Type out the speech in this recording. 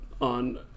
on